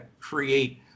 create